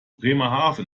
bremerhaven